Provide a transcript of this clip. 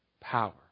power